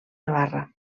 navarra